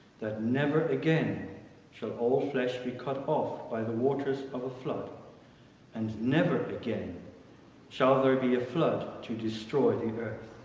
that never again shall all flesh be cut off by the waters of a flood and never again shall there be a flood to destroy the earth